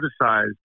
criticized